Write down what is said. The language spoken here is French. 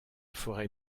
forêt